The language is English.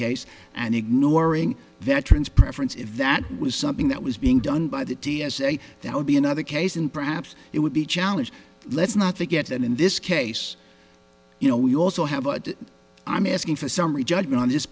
case and ignoring veterans preference if that was something that was being done by the t s a that would be another case and perhaps it would be challenged let's not forget that in this case you know we also have what i'm asking for a summary judgment on this